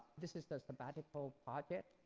this is the sabbatical project